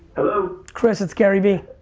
hello? chris, it's gary vee.